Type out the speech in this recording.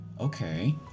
Okay